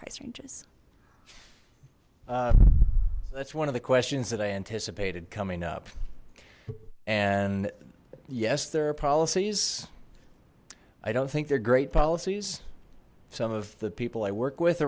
price ranges that's one of the questions that i anticipated coming up and yes there are policies i don't think they're great policies some of the people i work with